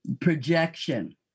Projection